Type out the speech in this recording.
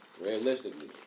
realistically